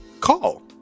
call